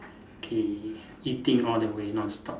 okay eating all the way non-stop